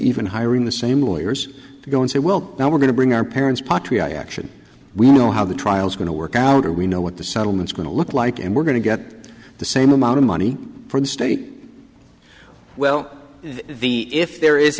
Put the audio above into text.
even hiring the same lawyers to go and say well now we're going to bring our parents patri i action we know how the trial is going to work out or we know what the settlements going to look like and we're going to get the same amount of money from the state well the if there is